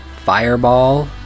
Fireball